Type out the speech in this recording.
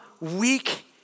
weak